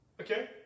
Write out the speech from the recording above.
Okay